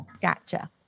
Gotcha